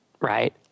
right